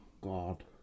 god